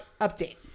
update